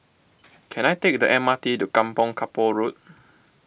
can I take the M R T to Kampong Kapor Road